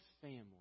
family